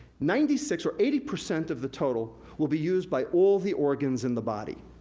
ninety six or eighty percent of the total will be used by all the organs in the body.